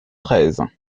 treize